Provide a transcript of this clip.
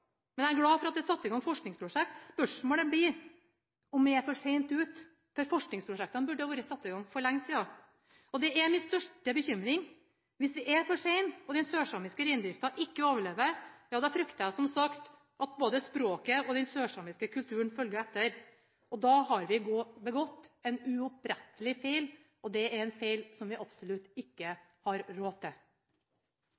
men jeg er glad for at det er satt i gang forskningsprosjekter. Spørsmålet er om vi er for sent ute, for forskningsprosjektene burde ha vært satt i gang for lenge siden. Hvis vi er for sent ute, og den sørsamiske reindrifta ikke overlever, frykter jeg, som sagt, at både språket og den sørsamiske kulturen følger etter. Da har vi begått en uopprettelig feil. Det er en feil som vi absolutt ikke